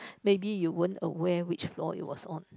maybe you weren't aware which floor it was on